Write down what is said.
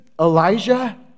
Elijah